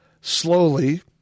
slowly